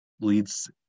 leads